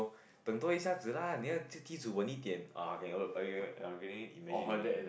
等多一下子: deng yi xia zi lah 你要梯子稳一点: ni yao ti zhi wen yi dian ah I can already imagine already